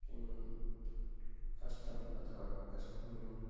किं कष्टम् अथवा कष्टम्